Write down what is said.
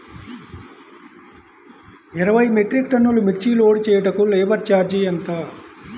ఇరవై మెట్రిక్ టన్నులు మిర్చి లోడ్ చేయుటకు లేబర్ ఛార్జ్ ఎంత?